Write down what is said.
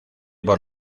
por